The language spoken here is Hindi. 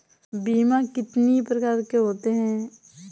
बीमा कितनी प्रकार के होते हैं?